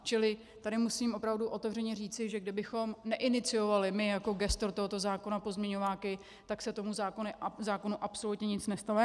Čili tady musím opravdu otevřeně říci, že kdybychom neiniciovali my jako gestor tohoto zákona pozměňováky, tak se tomu zákonu absolutně nic nestalo.